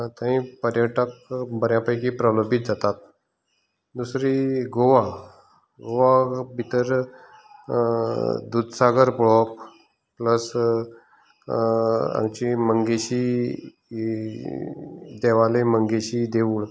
थंय पर्यटक बऱ्यापैकी प्रभावीत जातात दुसरी गोवा गोवा भितर दुदसागर पळोवप प्लस हांगची मंगेशी ही देवाली मंगेशी देवूळ